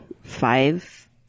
five